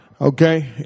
Okay